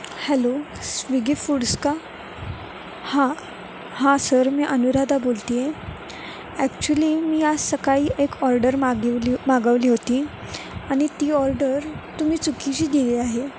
hello Swiggy foods का हां हां सर मी अनुराधा बोलते आहे ॲक्च्युली मी आज सकाळी एक ऑर्डर मागवली मागवली होती आणि ती ऑर्डर तुम्ही चुकीशी दिली आहे